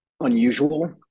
unusual